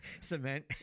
cement